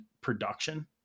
production